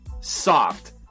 Soft